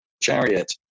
Chariot